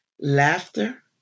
laughter